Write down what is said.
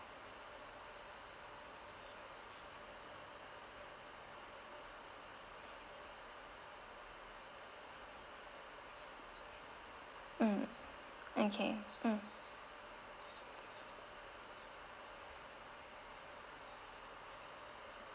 mm okay mm